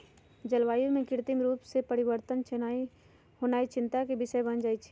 जलवायु में कृत्रिम रूप से परिवर्तन होनाइ चिंता के विषय बन जाइ छइ